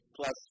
Plus